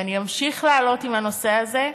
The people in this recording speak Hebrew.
ואני אמשיך לעלות בנושא הזה.